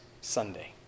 Sunday